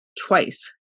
twice